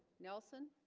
nelson